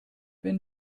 wenn